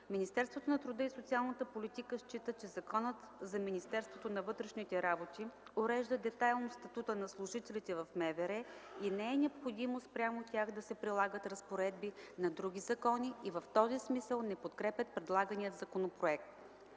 Министерството на труда и социалната политика счита, че Законът за Министерството на вътрешните работи урежда детайлно статута на служителите в МВР и не е необходимо спрямо тях да се прилагат разпоредби на други закони и в този смисъл не подкрепя предлагания законопроект.